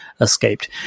escaped